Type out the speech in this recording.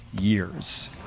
years